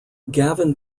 gavin